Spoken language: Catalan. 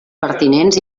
pertinents